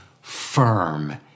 firm